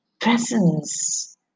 presence